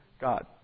God